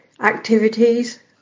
activities